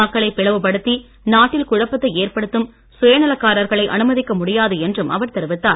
மக்களை பிளவுபடுத்தி நாட்டில் குழப்பத்தை ஏற்படுத்தும் சுயநலக்காரர்களை அனுமதிக்க முடியாது என்றும் அவர் தெரிவித்தார்